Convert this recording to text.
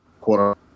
quote